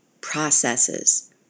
processes